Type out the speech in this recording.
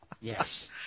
Yes